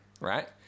right